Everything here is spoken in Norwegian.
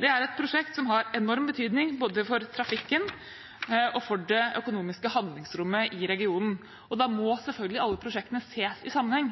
Det er et prosjekt som har enorm betydning både for trafikken og for det økonomiske handlingsrommet i regionen. Da må selvfølgelig alle prosjektene ses i sammenheng.